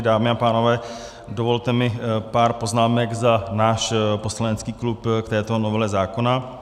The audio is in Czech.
Dámy a pánové, dovolte mi pár poznámek za náš poslanecký klub k této novele zákona.